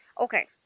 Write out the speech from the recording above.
Okay